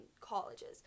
colleges